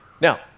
Now